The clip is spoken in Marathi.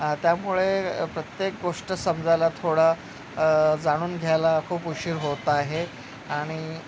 त्यामुळे प्रत्येक गोष्ट समजायला थोडा जाणून घ्यायला खूप उशीर होत आहे आणि